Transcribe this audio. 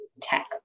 tech